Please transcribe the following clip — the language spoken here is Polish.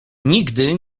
nigdy